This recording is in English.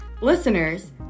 Listeners